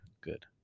good